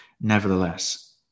nevertheless